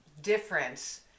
difference